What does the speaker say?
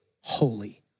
holy